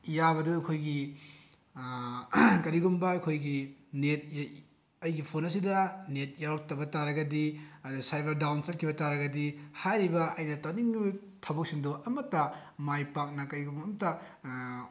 ꯌꯥꯕꯗꯣ ꯑꯩꯈꯣꯏꯒꯤ ꯀꯔꯤꯒꯨꯝꯕ ꯑꯩꯈꯣꯏꯒꯤ ꯅꯦꯠ ꯑꯩꯒꯤ ꯐꯣꯟ ꯑꯁꯤꯗ ꯅꯦꯠ ꯌꯥꯎꯔꯛꯇꯕ ꯇꯥꯔꯒꯗꯤ ꯁꯥꯏꯕꯔ ꯗꯥꯎꯟ ꯆꯠꯈꯤꯕ ꯇꯥꯔꯒꯗꯤ ꯍꯥꯏꯔꯤꯕ ꯑꯩꯅ ꯇꯧꯅꯤꯡꯉꯤꯕ ꯊꯕꯛꯁꯤꯡꯗꯣ ꯑꯃꯠꯇ ꯃꯥꯏ ꯄꯥꯛꯅ ꯀꯔꯤꯒꯨꯝꯕ ꯑꯃꯠꯇ